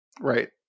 Right